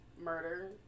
murder